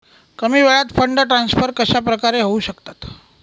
कमी वेळात fund transfer कशाप्रकारे होऊ शकतात?